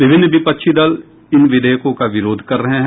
विभिन्न विपक्षी दल इन विधेयकों का विरोध कर रहे हैं